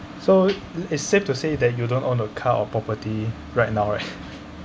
so it's safe to say that you don't own a car or property right now right